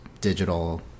digital